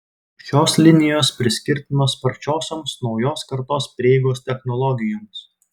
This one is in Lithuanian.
šios linijos priskirtinos sparčiosioms naujos kartos prieigos technologijoms